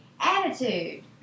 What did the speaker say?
attitude